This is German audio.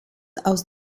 aus